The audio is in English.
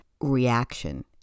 reaction